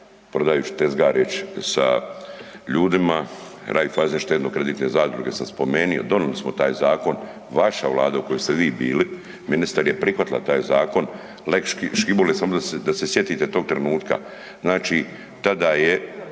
prodajuć, tezgareć sa ljudima, Raiffeisen štedno-kreditne zadruge sam spomenuo, donijeli smo taj zakon, vaša vlada u kojoj ste vi bili ministar je prihvatila taj zakon, lex Škibole da se sjetite tog trenutka, znači tada je